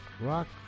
rock